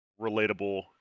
relatable